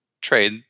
trade